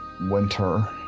winter